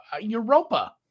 Europa